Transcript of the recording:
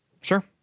Sure